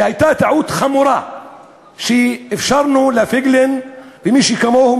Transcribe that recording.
שהייתה טעות חמורה שאפשרנו לפייגלין ולכמוהו,